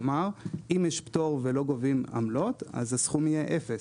כלומר אם יש פטור ולא גובים עמלות אז הסכום יהיה אפס,